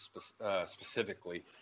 specifically